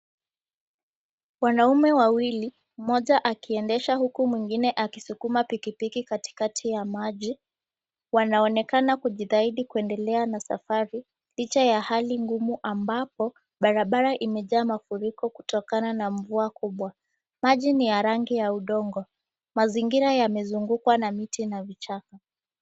Wanaume wawili, mmoja akiendesha huku mwengine akisukuma pikipiki katikati ya maji, wanaonekana kujitahidi kuendelea na safari, licha ya hali ngumu ambapo barabara imejaa mafuriko kutokana na mvua kubwa. Maji ni ya rangi ya udongo. Mazingira yamezungukwa na miti na vichaka.